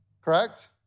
correct